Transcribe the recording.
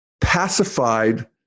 pacified